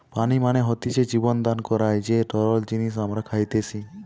পানি মানে হতিছে জীবন দান করার যে তরল জিনিস আমরা খাইতেসি